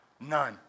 None